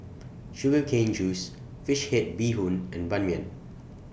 Sugar Cane Juice Fish Head Bee Hoon and Ban Mian